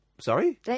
Sorry